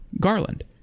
garland